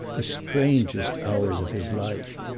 the strangest hours of his life.